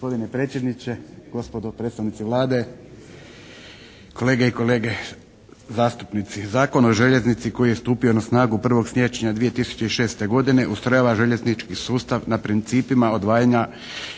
Gospodine predsjedniče, gospodo predstavnici Vlade, kolege i kolege zastupnici. Zakon o željeznici koji je stupio na snagu 1. siječnja 2006. godine ustrojava željeznički sustav na principima odvajanja